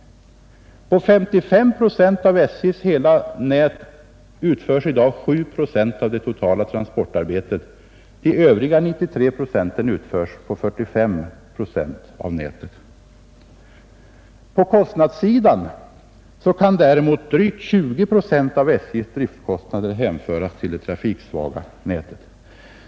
På 55 procent av SJ:s hela nät utföres 7 procent av det totala trafikarbetet. Återstående 93 procent utföres på 45 procent av nätet. På kostnadssidan kan däremot drygt 20 procent av SJ:s driftkostnader hänföras till det trafiksvaga nätet.